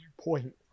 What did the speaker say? point